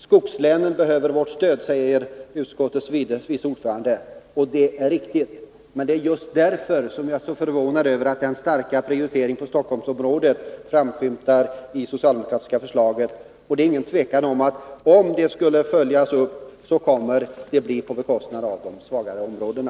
Skogslänen behöver vårt stöd, säger utskottets vice ordförande, och det är riktigt. Men det är just därför som jag är så förvånad över den starka prioritering av Stockholmsområdet som framskymtar i det socialdemokratiska förslaget. Det är inget tvivel om att om det skulle följas upp, så skulle det bli på bekostnad av de svagare områdena.